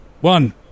One